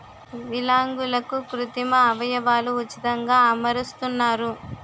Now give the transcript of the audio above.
విలాంగులకు కృత్రిమ అవయవాలు ఉచితంగా అమరుస్తున్నారు